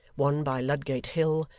one by ludgate hill,